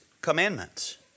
commandments